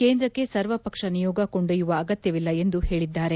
ಕೇಂದ್ರಕ್ಕೆ ಸರ್ವ ಪಕ್ಷ ನಿಯೋಗ ಕೊಂಡೊಯ್ಯುವ ಅಗತ್ಯವಿಲ್ಲ ಎಂದು ಹೇಳಿದರು